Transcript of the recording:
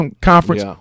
conference